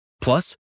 Plus